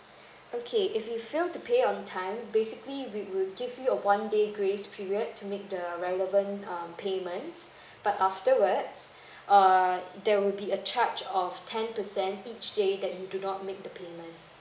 okay if you fail to pay on time basically we will give you a one day grace period to make the relevant err payments but afterwards err there will be a charge of ten percent each day that you do not make the payment